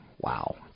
Wow